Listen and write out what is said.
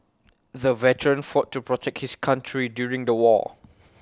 the veteran fought to protect his country during the war